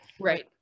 Right